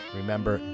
remember